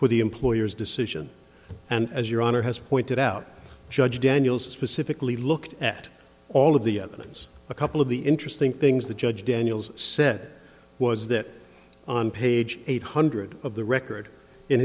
for the employer's decision and as your honor has pointed out judge daniel specifically looked at all of the evidence a couple of the interesting things the judge daniels said was that on page eight hundred of the record in